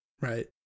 right